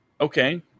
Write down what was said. Okay